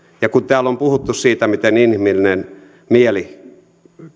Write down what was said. ja kun täällä on puhuttu siitä miten inhimillinen mieli